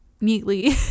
neatly